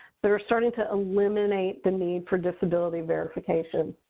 they're starting to eliminate the need for disability verification.